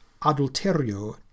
adulterio